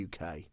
UK